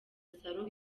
salon